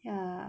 ya